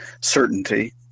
certainty